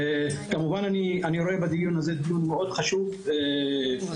אני רואה בדיון הזה חשיבות גדולה ובכל